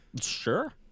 sure